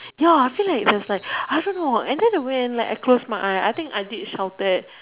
ya I feel like there's like I don't know and then when I close my eyes I think I did shouted